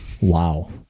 Wow